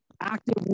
active